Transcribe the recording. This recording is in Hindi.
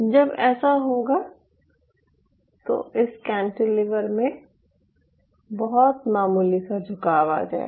जब ऐसा होगा तो इस कैंटिलीवर में बहुत मामूली सा झुकाव आ जाएगा